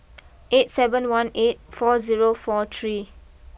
eight seven one eight four zero four three